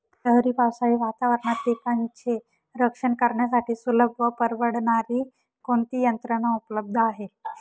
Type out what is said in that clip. लहरी पावसाळी वातावरणात पिकांचे रक्षण करण्यासाठी सुलभ व परवडणारी कोणती यंत्रणा उपलब्ध आहे?